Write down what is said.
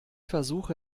versuche